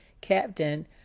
captain